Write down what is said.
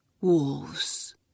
wolves